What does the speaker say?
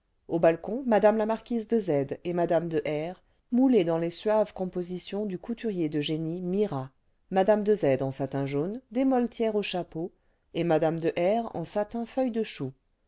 au balcon mras la marquise cle z et mme de r moulées dans les suaves compositions du couturier de génie mira mme de z en satin jaune des molletières au chapeau et mma de r en satin feuille de chou